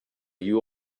you